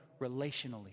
relationally